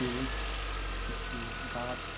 পেরেক কিছু গাছ